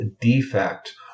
defect